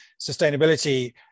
sustainability